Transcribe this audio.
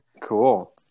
Cool